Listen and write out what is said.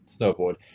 snowboard